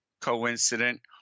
coincident